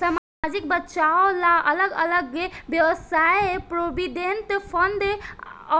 सामाजिक बचाव ला अलग अलग वयव्साय प्रोविडेंट फंड